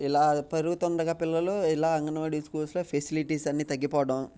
ఇలా పెరుగుతుండగా పిల్లలు ఇలా అంగన్వాడి స్కూల్స్లో ఫెసిలిటీస్ అన్నీ తగ్గిపోవడం